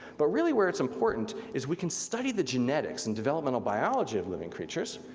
but really where it's important is we can study the genetics and developmental biology of living creatures,